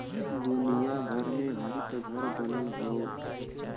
दुनिया भर में हरितघर बनल हौ